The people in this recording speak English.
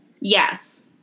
Yes